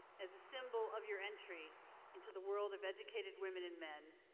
as a symbol of your entry into the world of educated women and men,